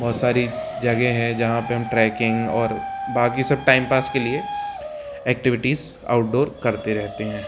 बहुत सारी जगहें हैं जहाँ पर हम ट्रैकिंग और बाक़ी सब टाइम पास के लिए ऐक्टिविटीज़ आउटडोर करते रहते हैं